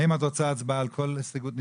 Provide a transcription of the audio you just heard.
האם את רוצה הצבעה על כל הסתייגות בנפרד?